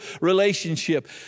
relationship